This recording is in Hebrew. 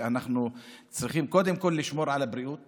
אנחנו צריכים קודם כול לשמור על הבריאות